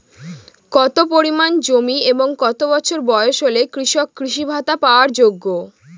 কত পরিমাণ জমি এবং কত বছর বয়স হলে কৃষক কৃষি ভাতা পাওয়ার যোগ্য?